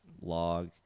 log